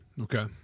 Okay